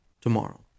tomorrow